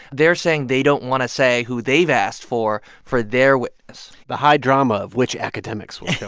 they're saying they don't want to say who they've asked for for their witness the high drama of which academics will